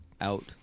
out